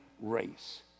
race